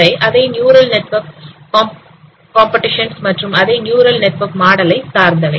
அவை அதே neural network competitions மற்றும் அதே நியூரல் நெட்வேர்க் மாடலை சேர்ந்தவை